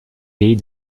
pays